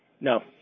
No